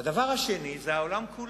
והדבר השני זה העולם כולו.